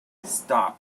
stop